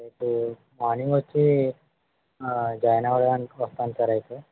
రేపు మార్నింగ్ వచ్చి జాయిన్ అవదాం అనుకుంటున్నాను సార్ అయితే